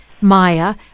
Maya